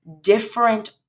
different